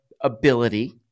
ability